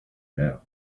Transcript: now